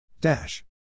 Dash